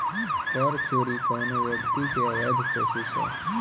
कर चोरी कवनो व्यक्ति के अवैध कोशिस ह